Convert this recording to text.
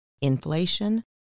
Inflation